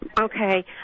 Okay